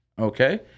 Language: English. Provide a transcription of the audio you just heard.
Okay